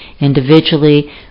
individually